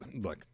look